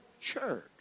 church